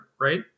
right